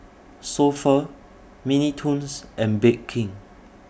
So Pho Mini Toons and Bake King